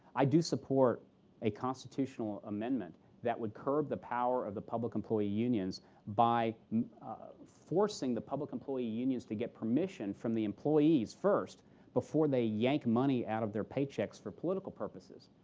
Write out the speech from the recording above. i do support a constitutional amendment that would curb the power of the public employee unions by forcing the public employee unions to get permission from the employees first before they yank money out of their paychecks for political purposes.